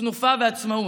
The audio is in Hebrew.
תנופה ועצמאות,